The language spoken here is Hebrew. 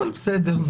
אבל בסדר,